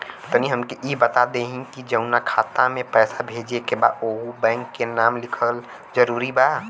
तनि हमके ई बता देही की जऊना खाता मे पैसा भेजे के बा ओहुँ बैंक के नाम लिखल जरूरी बा?